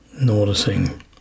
Noticing